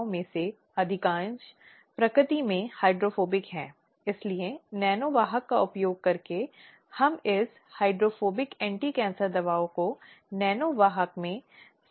और तब से प्रत्येक संगठन की ओर से यह दायित्व है कि वे यह सुनिश्चित करने के लिए उपयुक्त समितियों की स्थापना करें कि कार्यस्थल पर महिलाओं के लिए सकुशल और सुरक्षित कार्य वातावरण हो